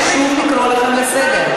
אני אצטרך שוב לקרוא אתכם לסדר.